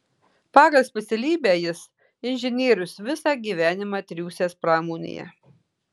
pagal specialybę jis inžinierius visą gyvenimą triūsęs pramonėje